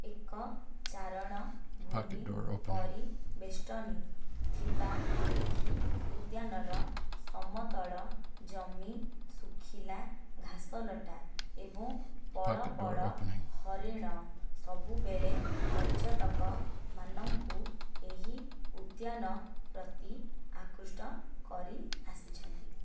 ଏକ ଚାରଣ ଭୂମି ପରି ବେଷ୍ଟନି ଥିବା ଏହି ଉଦ୍ୟାନର ସମତଳ ଜମି ଶୁଖିଲା ଘାସଲତା ଏବଂ ପଳ ପଳ ହରିଣ ସବୁବେଳେ ପର୍ଯ୍ୟଟକ ମାନଙ୍କୁ ଏହି ଉଦ୍ୟାନ ପ୍ରତି ଆକୃଷ୍ଟ କରିଆସିଛନ୍ତି